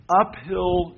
uphill